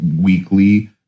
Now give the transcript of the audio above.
weekly